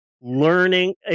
Learning